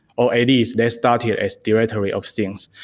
or and they start here as directory of things.